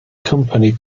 company